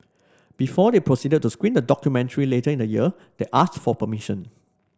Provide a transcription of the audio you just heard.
before they proceeded to screen the documentary later in the year they asked for permission